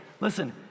listen